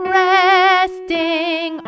resting